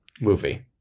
movie